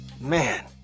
Man